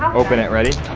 open it, ready?